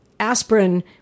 aspirin